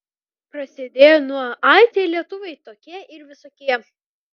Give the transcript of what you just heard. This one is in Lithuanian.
prasidėjo nuo ai tie lietuviai tokie ir visokie